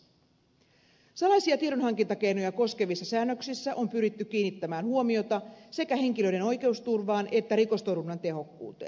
salaisia tiedonhankintakeinoja koskevissa säännöksissä on pyritty kiinnittämään huomiota sekä henkilöiden oikeusturvaan että rikostorjunnan tehokkuuteen